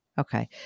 Okay